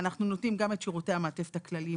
אנחנו נותנים גם את שירותי המעטפת הכלליים,